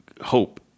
hope